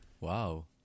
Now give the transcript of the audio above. Wow